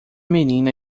menina